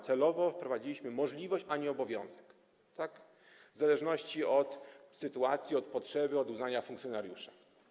Celowo wprowadziliśmy możliwość, a nie obowiązek w zależności od sytuacji, od potrzeby, od uznania funkcjonariusza.